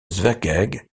szeged